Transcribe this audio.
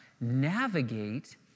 navigate